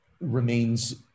remains